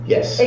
Yes